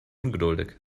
ungeduldig